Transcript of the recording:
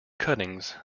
cuttings